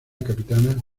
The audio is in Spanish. capitana